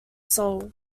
soul